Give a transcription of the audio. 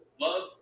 love